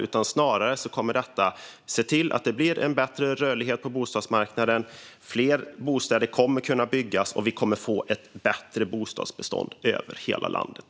Detta kommer snarare att se till att det blir en bättre rörlighet på bostadsmarknaden, att fler bostäder kommer att kunna byggas och att vi kommer att få ett bättre bostadsbestånd i hela landet.